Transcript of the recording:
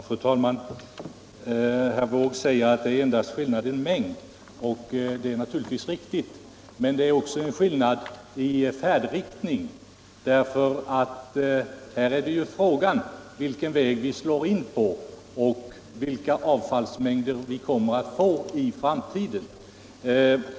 Fru talman! Herr Wååg säger att det endast är en skillnad i mängd. Det är naturligtvis riktigt. Men det är också en skillnad i färdriktning. Här är det fråga om vilken väg vi slår in på och vilken avfallsmängd vi kommer att få i framtiden.